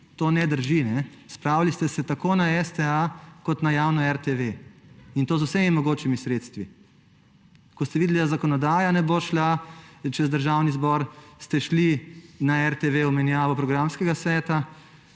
to ne drži. Spravili ste se tako na STA kot na javno RTV, in to z vsemi mogočimi sredstvi. Ko ste videli, da zakonodaja ne bo šla čez Državni zbor, ste šli na RTV v menjavo programskega sveta.